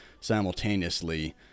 simultaneously